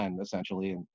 essentially